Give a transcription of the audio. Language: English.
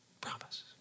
Promise